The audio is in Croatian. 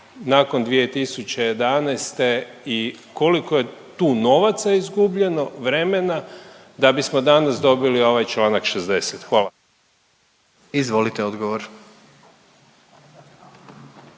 nakon 2011. i koliko je tu novaca izgubljeno, vremena da bismo danas dobili ovaj čl. 60.? Hvala. **Jandroković,